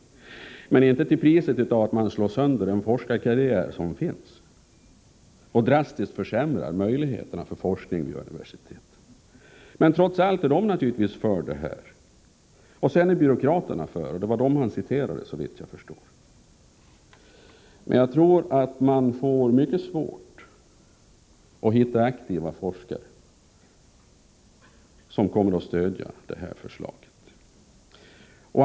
Men det skall inte ske till priset av att man slår sönder den forskarkarriär som finns och drastiskt försämrar möjligheterna för forskning vid universiteten. Trots allt är naturligtvis dessa personer för förslaget. Och sedan är byråkraterna för det, och det var dem som Jörgen Ullenhag citerade, såvitt jag förstår. Men 135 jag tror att vi får mycket svårt att hitta aktiva forskare som stödjer förslaget.